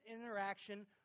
interaction